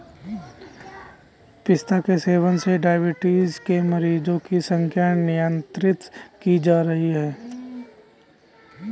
पिस्ता के सेवन से डाइबिटीज के मरीजों की संख्या नियंत्रित की जा रही है